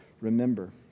remember